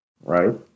right